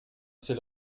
c’est